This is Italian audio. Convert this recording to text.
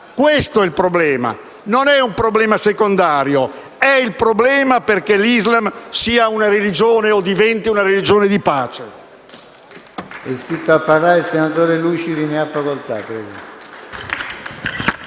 Questo è il problema. Non è un problema secondario, è il problema perché l'Islam diventi una religione di pace.